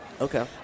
Okay